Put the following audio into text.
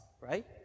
right